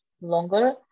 longer